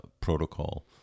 protocol